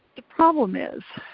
the problem is